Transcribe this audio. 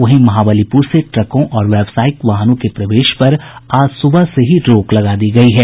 वहीं महाबलीपुर से ट्रकों और व्यावसायिक वाहनों के प्रवेश पर आज सुबह से ही रोक लगा दी गयी है